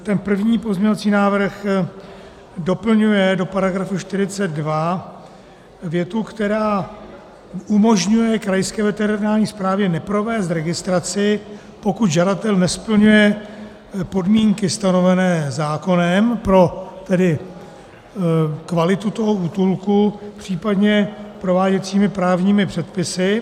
Ten první pozměňovací návrh doplňuje do § 42 větu, která umožňuje krajské veterinární správě neprovést registraci, pokud žadatel nesplňuje podmínky stanovené zákonem pro kvalitu toho útulku, případně prováděcími právními předpisy.